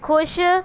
ਖੁਸ਼